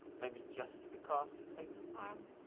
maybe just because it takes time,